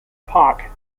park